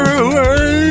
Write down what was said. away